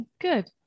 good